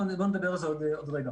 נדבר על זה עוד רגע.